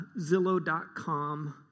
Zillow.com